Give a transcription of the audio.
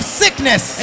sickness